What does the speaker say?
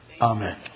Amen